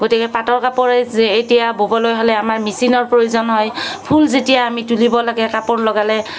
গতিকে পাটৰ কাপোৰ এই যে এতিয়া ব'বলৈ হ'লে আমাৰ মেচিনৰ প্ৰয়োজন হয় ফুল যেতিয়া আমি তুলিব লাগে কাপোৰ লগালে